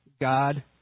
God